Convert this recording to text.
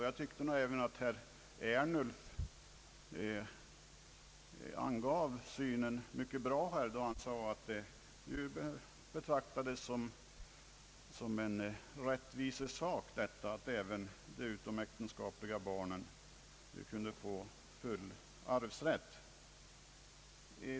Jag anser att herr Ernulf lämnade en riktig syn på saken i sin polemik mot herr Alexanderson, då han betraktade det som ett rättvisekrav att även de utomäktenskapliga barnen nu kunde få arvsrätt.